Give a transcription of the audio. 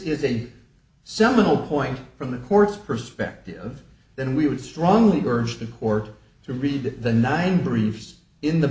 is a seminal point from the court's perspective then we would strongly urge the court to read the nine